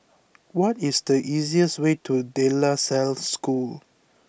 what is the easiest way to De La Salle School